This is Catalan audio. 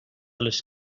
les